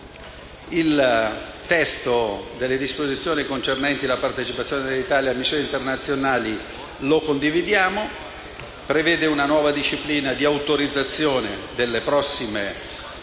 il testo delle disposizioni concernenti la partecipazione dell'Italia a missioni internazionali. Esso prevede una nuova disciplina di autorizzazione delle prossime gestioni,